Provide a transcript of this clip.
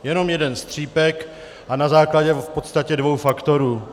Jenom jeden střípek, a na základě v podstatě dvou faktorů.